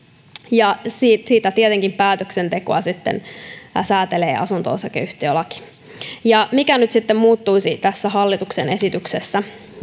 ja tietenkin päätöksentekoa sitten säätelee asunto osakeyhtiölaki mikä nyt sitten muuttuisi tässä hallituksen esityksessä